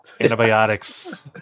antibiotics